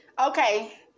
Okay